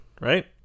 right